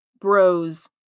bros